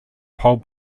pole